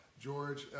George